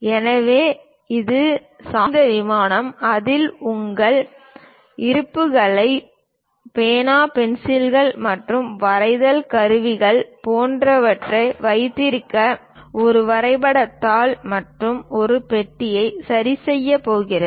எனவே ஒரு சாய்ந்த விமானம் அதில் உங்கள் இருப்புக்களை பேனா பென்சில்கள் மற்றும் வரைதல் கருவிகள் போன்றவற்றை வைத்திருக்க ஒரு வரைபடத் தாள் மற்றும் ஒரு பெட்டியை சரிசெய்யப் போகிறது